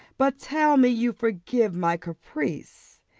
but tell me you forgive my caprice,